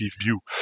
view